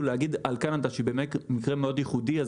להגיד על קנדה שהיא מקרה מאוד ייחודי,